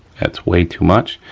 that's way too much.